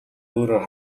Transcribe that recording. өөрөөр